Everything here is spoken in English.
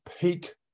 peak